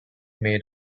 made